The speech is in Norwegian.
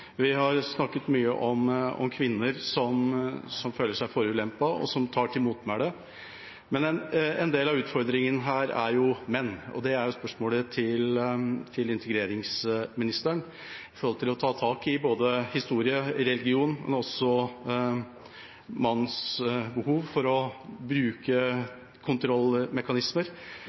Vi har snakket mye om kvinner som føler seg forulempet, og som tar til motmæle. En del av utfordringen her er menn, og spørsmålet til integreringsministeren går på å ta tak i både historie, religion og menns behov for å bruke kontrollmekanismer: